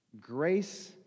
grace